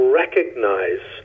recognize